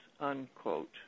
unquote